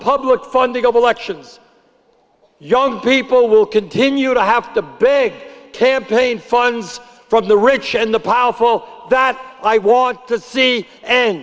public funding of elections young people will continue to have the big campaign funds from the rich and the powerful that i want to see and